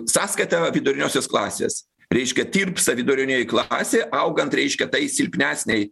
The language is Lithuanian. sąskaita viduriniosios klasės reiškia tirpsta vidurinioji klasė augant reiškia tai silpnesnei